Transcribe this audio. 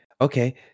Okay